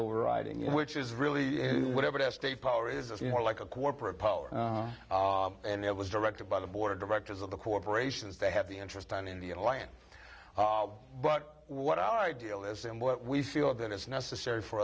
overriding which is really whatever has state power is more like a corporate power and it was directed by the board of directors of the corporations they have the interest on in the alliance but what our ideal is and what we feel that it's necessary for